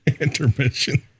Intermission